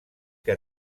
que